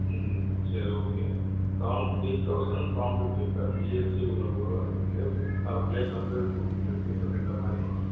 ம் சரி okay seven three thousand seven fifty plus GST உங்களுக்கு வரும் அதுக்கு பர் பிளேட் வந்து டூ ஃபிஃப்ட்டி ரூபீஸ் அப்படின்ற மாதிரி